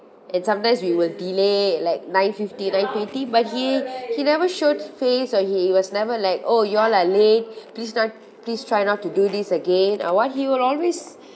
and sometimes we will delay like nine fifteen nine twenty but he he never showed face or he was never like oh you all like late please not please try not to do this again or what he will always